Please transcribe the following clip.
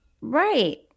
Right